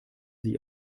sich